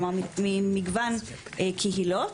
כלומר, ממגוון קהילות.